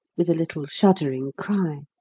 with a little shuddering cry.